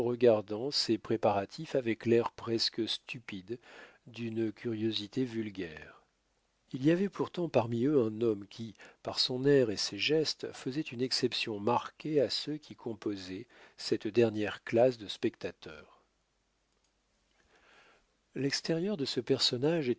ces préparatifs avec l'air presque stupide d'une curiosité vulgaire il y avait pourtant parmi eux un homme qui par son air et ses gestes faisait une exception marquée à ceux qui composaient cette dernière classe de spectateurs l'extérieur de ce personnage